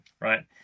right